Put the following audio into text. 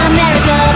America